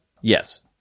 Yes